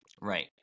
Right